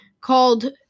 called